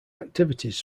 activities